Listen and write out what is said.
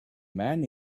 man